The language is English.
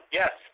yes